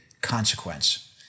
consequence